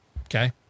Okay